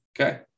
Okay